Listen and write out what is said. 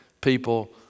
people